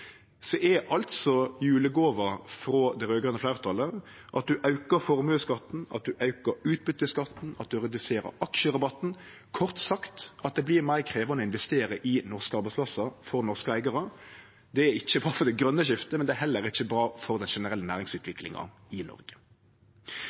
er altså julegåva frå det raud-grøne fleirtalet at ein aukar formuesskatten, at ein aukar utbytteskatten, at ein reduserer aksjerabatten – kort sagt at det vert meir krevjande å investere i norske arbeidsplassar for norske eigarar. Det er ikkje bra for det grøne skiftet, men det er heller ikkje bra for den generelle